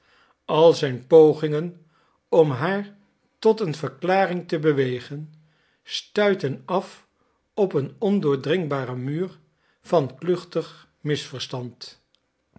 al zijn pogingen om haar tot een verklaring te bewegen stuitten af op een ondoordringbaren muur van kluchtig misverstand